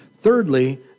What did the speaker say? thirdly